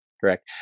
Correct